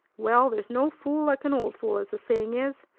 well, there's no fool like an old fool, as the saying is!